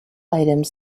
items